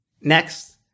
Next